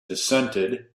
dissented